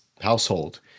household